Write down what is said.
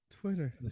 Twitter